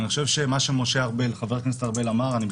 אני מתחבר מאוד למה שאמר חבר הכנסת ארבל.